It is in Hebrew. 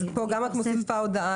על